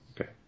Okay